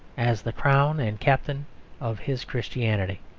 as the crown and captain of his christianity.